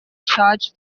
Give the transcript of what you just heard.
charge